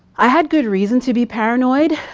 i had good reason to be paranoid.